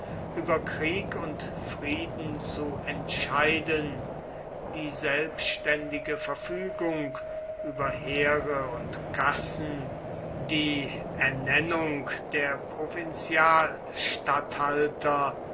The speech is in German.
über krieg und frieden zu entscheiden die selbständige verfügung über heere und kassen die ernennung der